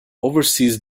oversees